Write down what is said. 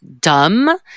dumb